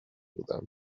بودم